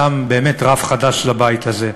שם באמת רף חדש לבית הזה.